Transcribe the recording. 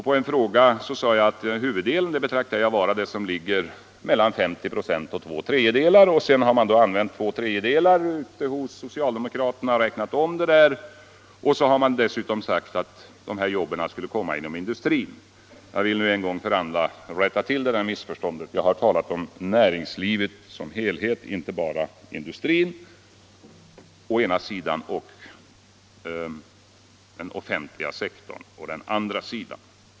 På en fråga sade jag att jag anser huvuddelen vara det som ligger mellan 50 ”. och två tredjedelar. Socialdemokraterna har sedan använt uppgiften två tredjedelar när man räknat om detta. Dessutom har de uppgivit att dessa jobb skulle tillkomma inom industrin. Jag vill nu en gång för alla rätta till detta missförstånd. Jag har talat om näringslivet som helhet, inte bara om industrin å ena sidan och den offentliga sektorn å andra sidan.